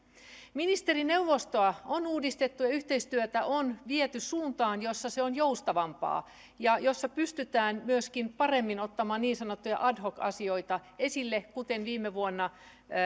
ministerineuvostoa on uudistettu ja yhteistyötä on viety suuntaan jossa se on joustavampaa ja jossa pystytään myöskin paremmin ottamaan niin sanottuja ad hoc asioita esille kuten viime vuonna